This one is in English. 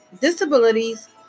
disabilities